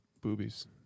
Boobies